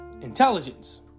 intelligence